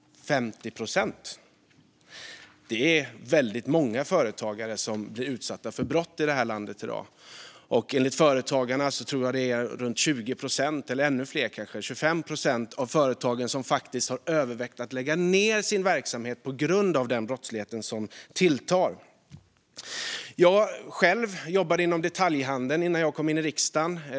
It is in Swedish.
50 procent! Det är många företagare som blir utsatta för brott i det här landet i dag. Enligt Företagarna har 20-25 procent av företagen övervägt att lägga ned verksamheten på grund av den tilltagande brottsligheten. Jag själv jobbade inom detaljhandeln innan jag kom in i riksdagen.